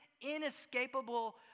inescapable